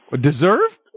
Deserve